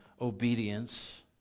obedience